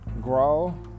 grow